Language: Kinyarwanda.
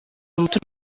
umuti